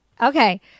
Okay